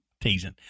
Teasing